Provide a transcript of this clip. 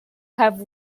have